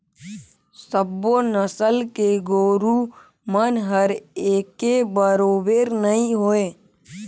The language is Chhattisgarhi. सबो नसल के गोरु मन हर एके बरोबेर नई होय